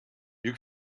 you